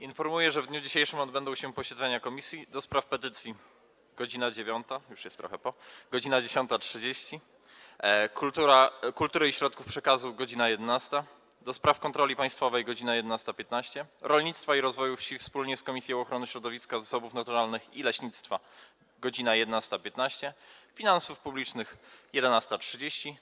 Informuję, że w dniu dzisiejszym odbędą się posiedzenia Komisji: - do Spraw Petycji - godz. 9, już jest trochę po czasie, - do Spraw Petycji - godz. 10.30, - Kultury i Środków Przekazu - godz. 11, - do Spraw Kontroli Państwowej - godz. 11.15, - Rolnictwa i Rozwoju Wsi wspólnie z Komisją Ochrony Środowiska, Zasobów Naturalnych i Leśnictwa - godz. 11.15, - Finansów Publicznych - godz. 11.30,